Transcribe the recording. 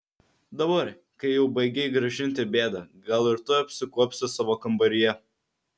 dabar kai jau baigei gražinti bėdą gal ir tu apsikuopsi savo kambaryje